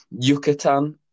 Yucatan